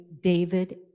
David